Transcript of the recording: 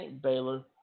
Baylor